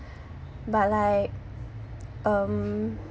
but like um